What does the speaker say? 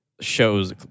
shows